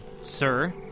Sir